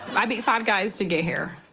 i beat five guys to get here.